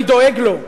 אני דואג לו,